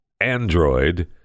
Android